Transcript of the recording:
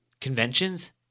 conventions